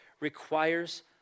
requires